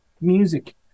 music